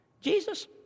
Jesus